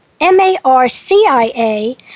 M-A-R-C-I-A